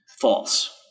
false